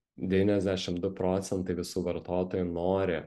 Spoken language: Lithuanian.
devyniasdešim du procentai visų vartotojų nori